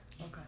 Okay